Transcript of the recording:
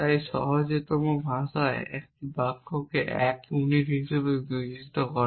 তাই সহজতম ভাষা একটি বাক্যকে 1 ইউনিট হিসাবে বিবেচনা করে